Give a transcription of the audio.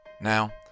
Now